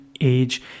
age